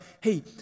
hey